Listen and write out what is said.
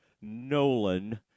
Nolan